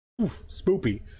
spoopy